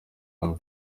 hamwe